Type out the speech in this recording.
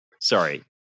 sorry